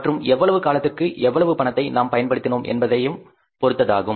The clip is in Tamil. மற்றும் எவ்வளவு காலத்துக்கு எவ்வளவு பணத்தை நாம் பயன்படுத்தினோம் என்பதையும் பொருத்ததாகும்